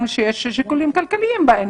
אולי יש גם שיקולים כלכליים.